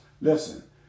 Listen